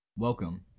Welcome